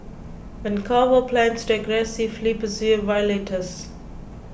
Vancouver plans to aggressively pursue violators